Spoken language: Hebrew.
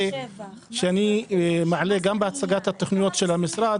שאני מעלה גם בהצגת התוכניות של המשרד,